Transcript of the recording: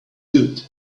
good